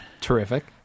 terrific